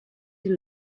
die